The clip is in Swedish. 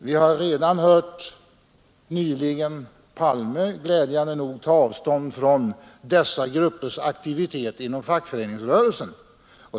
Vi har glädjande nog nyligen hört statsminister Palme ta avstånd från dessa gruppers aktivitet inom fackföreningsrörelsen.